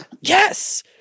yes